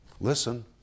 listen